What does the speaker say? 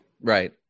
Right